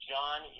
John